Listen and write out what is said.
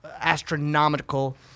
astronomical